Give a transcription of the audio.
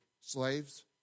slaves